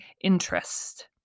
interest